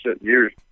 years